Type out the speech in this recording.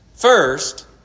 First